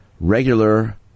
regular